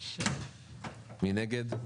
מי נגד?